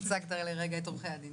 ייצגת לרגע את עורכי הדין.